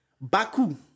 Baku